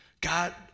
God